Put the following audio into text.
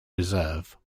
reserve